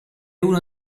uno